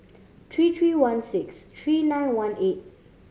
three three one six three nine one eight